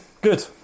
Good